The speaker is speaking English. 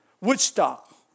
Woodstock